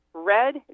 Red